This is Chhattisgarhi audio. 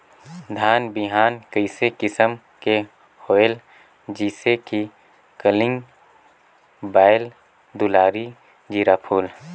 धान बिहान कई किसम के होयल जिसे कि कलिंगा, बाएल दुलारी, जीराफुल?